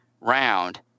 round